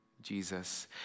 Jesus